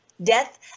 Death